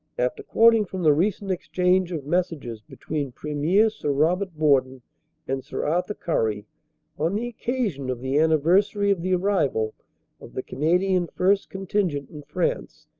after quoting from the recent exchange of messages between premier sir robert borden and sir arthur currie on the occasion of the anniversary of the arrival of the canadian first contingent in france,